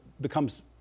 becomes